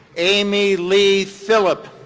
amy lee phillip.